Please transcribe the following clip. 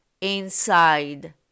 inside